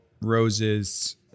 Roses